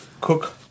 cook